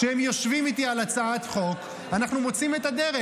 כשהם יושבים איתי על הצעת חוק אנחנו מוצאים את הדרך.